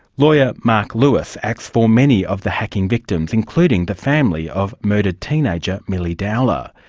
lawyer mark lewis acts for many of the hacking victims including the family of murdered teenager milly dowler.